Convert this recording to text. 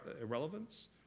irrelevance